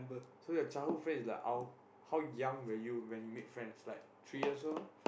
so your childhood friend is like how how young when you when you make friends like three years old